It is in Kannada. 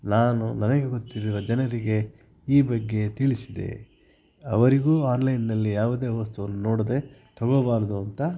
ನಾನು ನನಗೆ ಗೊತ್ತಿರುವ ಜನರಿಗೆ ಈ ಬಗ್ಗೆ ತಿಳಿಸಿದೆ ಅವರಿಗೂ ಆನ್ಲೈನ್ನಲ್ಲಿ ಯಾವುದೇ ವಸ್ತುವನ್ನು ನೋಡದೆ ತಗೊಬಾರ್ದು ಅಂತ